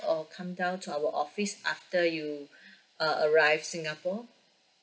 or come down to our office after you uh arrived singapore